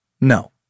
No